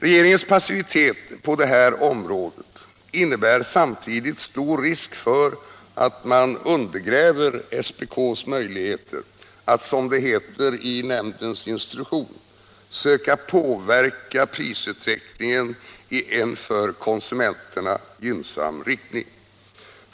Regeringens passivitet på det här området innebär samtidigt stor risk för att man undergräver SPK:s möjligheter att, som det heter i nämndens instruktion, ”söka påverka prisutvecklingen i en för konsumenterna gynnsam riktning”.